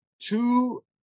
two